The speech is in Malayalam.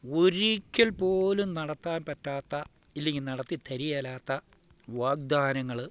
ഒരിക്കൽപ്പോലും നടത്താൻ പറ്റാത്ത ഇല്ലെങ്കിൽ നടത്തി തരികയില്ലാത്ത വാഗ്ദാനങ്ങൾ